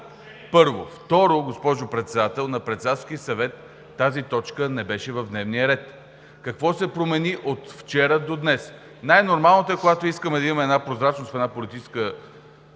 първо? Второ, госпожо Председател, на Председателски съвет тази точка не беше в дневния ред. Какво се промени от вчера до днес? Когато искаме да има прозрачност в една политическа